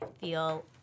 feel